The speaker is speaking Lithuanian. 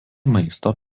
maisto